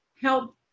help